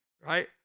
right